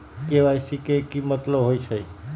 KYC के कि मतलब होइछइ?